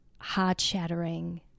heart-shattering